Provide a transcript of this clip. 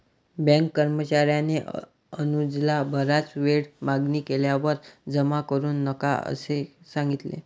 bank कर्मचार्याने अनुजला बराच वेळ मागणी केल्यावर जमा करू नका असे सांगितले